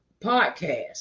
podcast